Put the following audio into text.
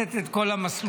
בכנסת את כל המסלולים.